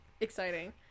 exciting